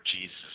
Jesus